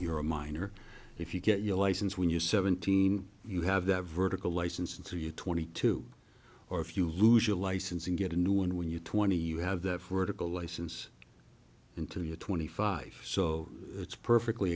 you're a minor if you get your license when you're seventeen you have the vertical license until you're twenty two or if you lose your license and get a new one when you twenty you have that vertical license until you're twenty five so it's perfectly